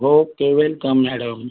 okay welcome madam